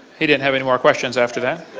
he didn't have any more questions after that.